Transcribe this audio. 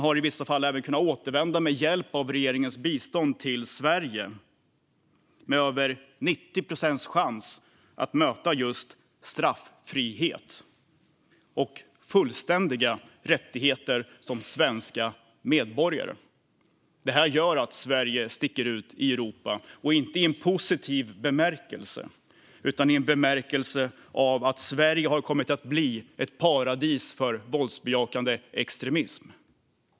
I vissa fall har man sedan med regeringens bistånd kunnat återvända till Sverige, med 90 procents chans att möta straffrihet och behålla fullständiga rättigheter som svensk medborgare. Det här gör att Sverige sticker ut i Europa, och inte i en positiv bemärkelse. Det är i bemärkelsen att Sverige har kommit att bli ett paradis för våldsbejakande extremism.